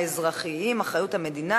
19, שלושה מתנגדים, אין נמנעים.